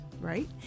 right